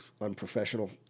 unprofessional